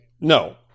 No